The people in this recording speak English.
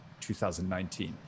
2019